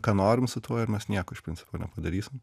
ką norim su tuo ir mes nieko iš principo nepadarysim